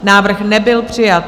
Návrh nebyl přijat.